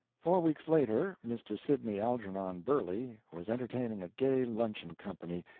four weeks later mr. sidney algernon burley was entertaining a gay luncheon company,